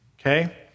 Okay